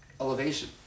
elevation